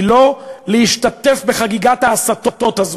היא לא להשתתף בחגיגת ההסתות הזאת.